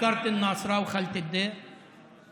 בנצרת כבר שלושה שבועות.